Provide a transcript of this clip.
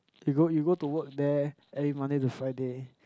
you go you go to work there every Monday to Friday